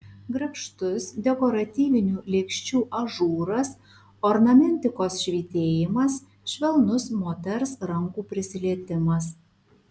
grakštus dekoratyvinių lėkščių ažūras ornamentikos švytėjimas švelnus moters rankų prisilietimas